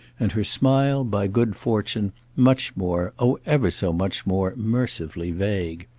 and her smile, by good fortune, much more, oh ever so much more, mercifully vague.